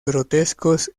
grotescos